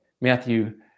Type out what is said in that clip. Matthew